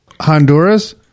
Honduras